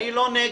אני לא נגד.